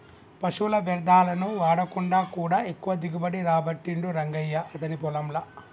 పశువుల వ్యర్ధాలను వాడకుండా కూడా ఎక్కువ దిగుబడి రాబట్టిండు రంగయ్య అతని పొలం ల